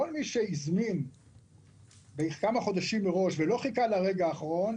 כל מי שהזמין כמה חודשים מראש ולא חיכה לרגע האחרון,